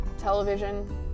television